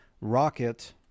Rocket